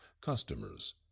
customers